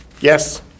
yes